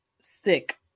sick